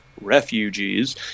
refugees